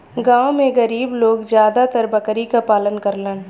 गांव में गरीब लोग जादातर बकरी क पालन करलन